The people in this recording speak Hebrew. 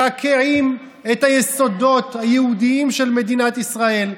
מקעקעים את היסודות היהודיים של מדינת ישראל,